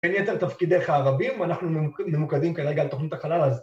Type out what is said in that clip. ‫אין יותר תפקידי חרבים, ‫אנחנו ממוקדים כרגע על תוכנית החלל הזאת.